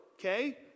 Okay